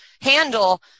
handle